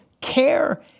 care